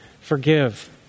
forgive